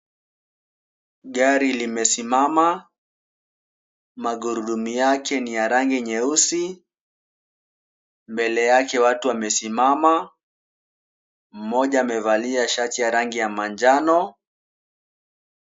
Gari limesimama, magurudumu yake ni ya rangi nyeusi. Mbele yake watu wamesimama, mmoja amevalia shati ya rangi ya manjano.